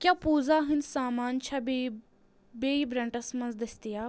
کیٛاہ پوٗزا ہِنٛدۍ سامان چھےٚ بیٚیہِ بیٚیہِ برنٹس منٛز دٔستیاب